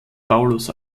paulus